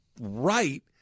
right